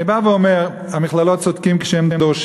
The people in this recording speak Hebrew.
אני בא ואומר: המכללות צודקות כשהן דורשות